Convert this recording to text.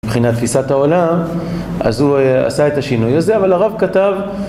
מבחינת תפיסת העולם אז הוא עשה את השינוי הזה אבל הרב כתב